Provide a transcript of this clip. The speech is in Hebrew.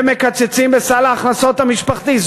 ומקצצים בסל ההכנסות המשפחתי.